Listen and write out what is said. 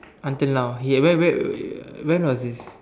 until now he at where when was this